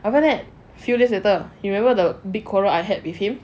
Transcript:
after that few days later you remember the big quarrel I had with him